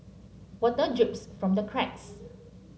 water drips from the cracks